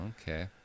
okay